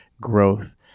growth